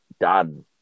done